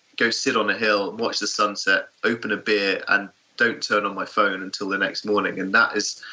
go sit on a hill, watch the sunset, open a beer and don't turn on my phone until the next morning. and that is,